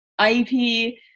iep